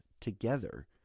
together